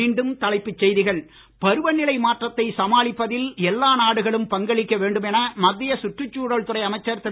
மீண்டும் தலைப்புச் செய்திகள் பருவநிலை மாற்றத்தை சமாளிப்பதில் எல்லா நாடுகளும் பங்களிக்க வேண்டும் என மத்திய சுற்றுச்சூழல் துறை அமைச்சர் திரு